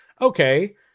Okay